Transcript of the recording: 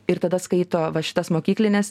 ir tada skaito va šitas mokyklines